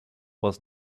was